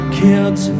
kids